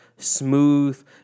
smooth